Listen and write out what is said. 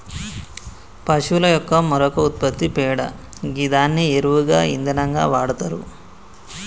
పశువుల యొక్క మరొక ఉత్పత్తి పేడ గిదాన్ని ఎరువుగా ఇంధనంగా వాడతరు